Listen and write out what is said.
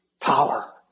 power